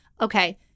okay